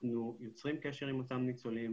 אנחנו יוצרים קשר עם אותם ניצולים,